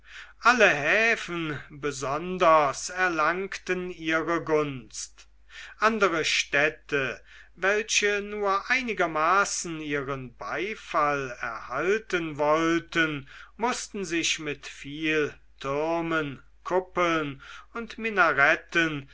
alle häfen besonders erlangten ihre gunst andere städte welche nur einigermaßen ihren beifall erhalten wollten mußten sich mit viel türmen kuppeln und minaretten